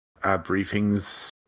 briefings